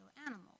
animals